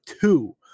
two